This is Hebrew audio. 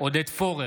עודד פורר,